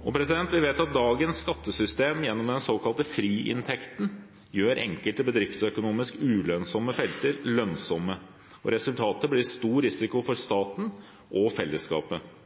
Vi vet at dagens skattesystem – gjennom den såkalte friinntekten – gjør enkelte bedriftsøkonomisk ulønnsomme felter lønnsomme. Resultatet blir stor risiko for staten og fellesskapet.